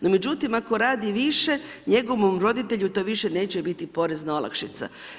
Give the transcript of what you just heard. No međutim ako radi više njegovom roditelju to više neće biti porezna olakšica.